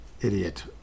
idiot